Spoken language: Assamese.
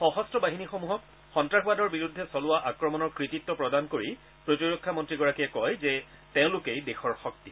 সশস্ত্ৰ বাহিনীসমূহক সন্নাসবাদৰ বিৰুদ্ধে চলোৱা আক্ৰমণৰ কৃতিত্ব প্ৰদান কৰি প্ৰতিৰক্ষা মন্ত্ৰীয়ে কয় যে তেওঁলোক সেই দেশৰ শক্তি